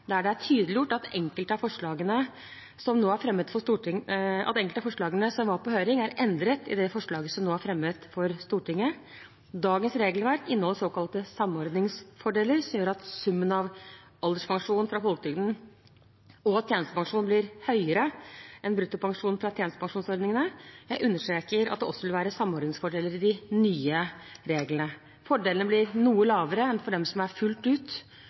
der det er tydeliggjort at enkelte av forslagene som var på høring, er endret i det forslaget som nå er fremmet for Stortinget. Dagens regelverk inneholder såkalte samordningsfordeler, som gjør at summen av alderspensjon fra folketrygden og tjenestepensjon blir høyere enn bruttopensjonen fra tjenestepensjonsordningene. Jeg understreker at det også vil være samordningsfordeler i de nye reglene. Fordelene blir noe mindre enn for dem som fullt ut